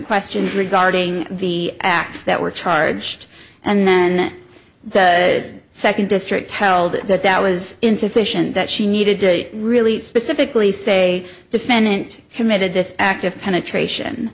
questions regarding the acts that were charged and then the second district held that that was insufficient that she needed to really specifically say defendant committed this act of penetration